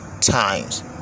times